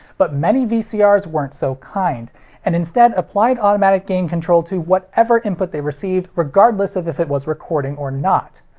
but many vcrs weren't so kind and instead applied automatic gain control to whatever input they received, regardless of if it was recording or not.